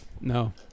No